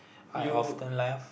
I often laugh